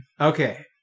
okay